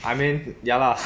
I mean ya lah